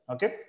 Okay